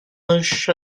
lunch